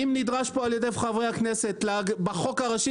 אם נדרש פה על ידי חברי הכנסת בחוק הראשי